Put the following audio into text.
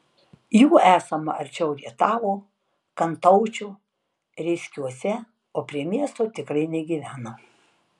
jų esama arčiau rietavo kantaučių reiskiuose o prie miesto tikrai negyvena